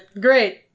great